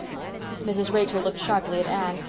mrs. rachel looked sharply at anne,